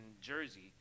Jersey